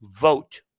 vote